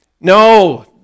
No